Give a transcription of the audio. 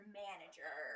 manager